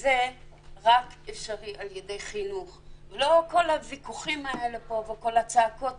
זה אפשרי רק על ידי חינוך ולא כל הוויכוחים האלה פה וכל הצעקות.